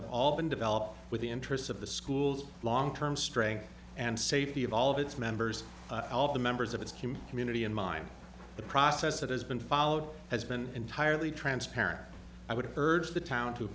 have all been developed with the interests of the schools long term strength and safety of all of its members all the members of its community and mine the process that has been followed has been entirely transparent i would urge the town to